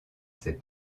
ses